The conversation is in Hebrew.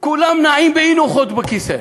כולם נעים באי-נוחות בכיסא.